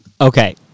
Okay